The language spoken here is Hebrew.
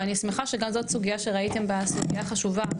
ואני שמחה שגם זאת סוגיה שראיתם בה סוגיה חשובה,